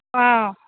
ꯑꯥ